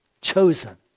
chosen